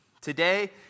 Today